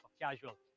casual